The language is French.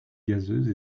gazeuse